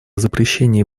запрещении